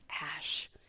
ash